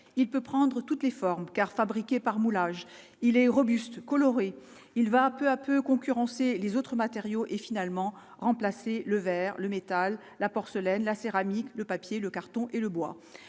il peut prendre toutes les formes car fabriqué par moulage il est robuste, coloré, il va peu à peu concurrencer les autres matériaux et finalement remplacé le verre, le métal, la porcelaine la céramique, le papier, le carton et le bois,